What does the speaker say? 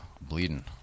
bleeding